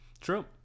true